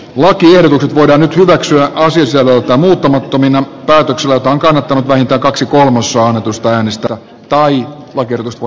lakiehdotukset voidaan nyt hyväksyä asiasisällöltään muuttamattomina päätöksellä jota on kannattanut vähintään kaksi kolmasosaa annetuista äänistä tai hylätä